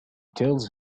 tells